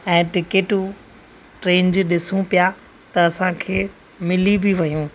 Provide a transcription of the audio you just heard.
ऐं टिकेटूं ट्रेन जी ॾिसूं पिया त असांखे मिली बि वियूं